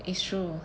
it's true